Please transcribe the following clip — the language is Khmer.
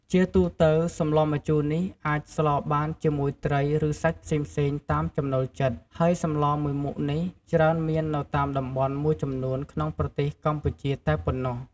ជាទូទៅ សម្លម្ជូរនេះអាចស្លបានជាមួយត្រី ឬសាច់ផ្សេងៗ តាមចំណូលចិត្ត ហើយសម្លមួយមុខនេះច្រើនមាននៅតាមតំបន់មួយចំនួនក្នុងប្រទេសកម្ពុជាតែប៉ុណ្ណោះ។